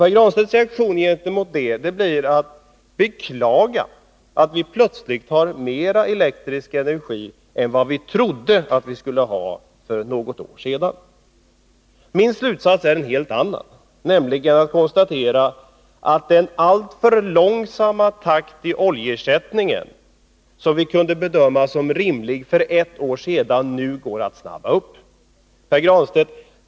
Pär Granstedts reaktion inför detta är att beklaga att vi plötsligt har mera elektrisk energi än vad vi för något år sedan trodde vi skulle ha. Min slutsats är en helt annan. Jag konstaterar att det nu går att öka den långsammare takt i oljeersättningen som vi för ett år sedan kunde bedöma som rimlig. Pär Granstedt!